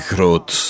Groot